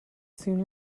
sooner